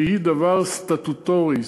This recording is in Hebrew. שהיא דבר סטטוטורי.